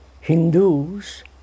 Hindus